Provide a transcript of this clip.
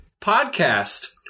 podcast